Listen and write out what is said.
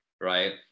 Right